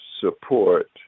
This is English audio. support